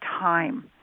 time